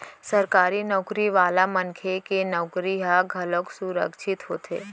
सरकारी नउकरी वाला मनखे के नउकरी ह घलोक सुरक्छित होथे